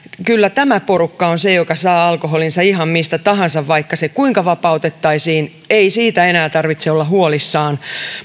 kyllä tämä porukka on se joka saa alkoholinsa ihan mistä tahansa vaikka se kuinka vapautettaisiin ei siitä enää tarvitse olla huolissaan